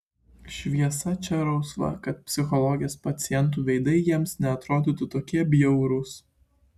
šviesa čia rausva kad psichologės pacientų veidai jiems neatrodytų tokie bjaurūs